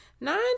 nine